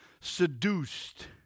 seduced